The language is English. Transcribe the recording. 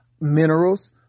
minerals